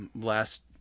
last